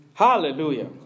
Hallelujah